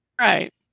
Right